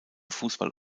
fußball